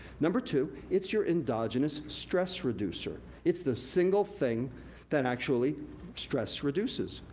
number two, it's your indigenous stress reducer. it's the single thing that actually stress reduces.